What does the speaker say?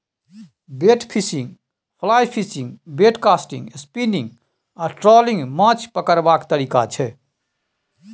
bait fishing, fly fishing, bait casting, spinning आ trolling माछ पकरबाक तरीका छै